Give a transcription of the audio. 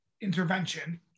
intervention